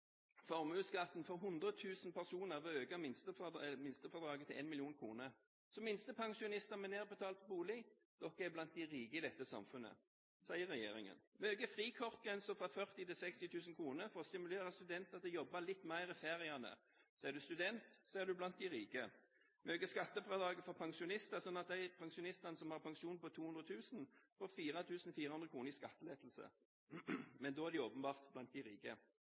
formuesskatten for 100 000 personer ved å øke minstefradraget til 1 mill. kr. Så minstepensjonister med nedbetalt bolig er blant de rike i dette samfunnet, sier regjeringen. Vi øker frikortgrensen fra 40 000 kr til 60 000 kr for å stimulere studenter til å jobbe litt mer i feriene. Så er du student, er du blant de rike. Vi øker skattefradraget for pensjonister, sånn at de pensjonistene som har pensjon på 200 000 kr, får 4 400 kr i skattelettelse. Men da er de åpenbart blant de rike.